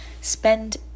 spend